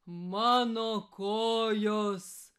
mano kojos